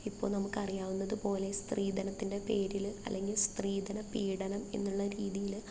ഇപ്പോൾ നമുക്കറിയാവുന്നതുപോലെ സ്ത്രീധനത്തിൻ്റെ പേരിൽ അല്ലെങ്കിൽ സ്ത്രീധനപീഡനം എന്നുള്ള രീതിയിൽ